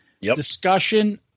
discussion